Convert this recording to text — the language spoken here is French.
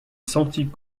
sentit